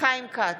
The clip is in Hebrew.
חיים כץ,